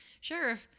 sure